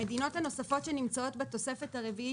המדינות הנוספות שנמצאות בתוספת הרביעית